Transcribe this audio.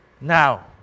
now